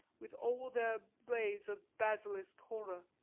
with all their blaze of basilisk horror.